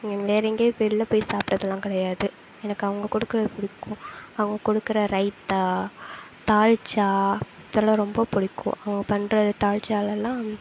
வேற எங்கேயும் வெளில போய் சாப்பிட்டதுலாம் கிடையாது எனக்கு அவங்க கொடுக்குறது பிடிக்கும் அவங்க கொடுக்குற ரைத்தா தாளிச்சா இதெல்லாம் ரொம்ப பிடிக்கும் அவங்க பண்ணுற தாளிச்சாலல்லாம்